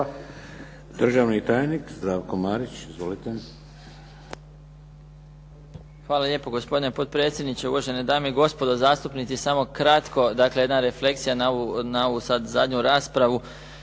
Državni tajnik Zdravko Marić. Izvolite.